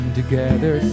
together